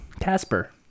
Casper